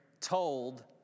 told